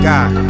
God